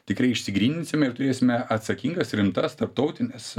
tikrai išsigryninsime ir turėsime atsakingas rimtas tarptautines